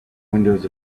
windows